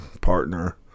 partner